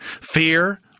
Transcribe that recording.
Fear